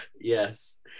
Yes